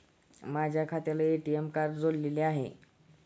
माझ्या खात्याला ATM card जोडलेले आहे